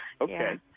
Okay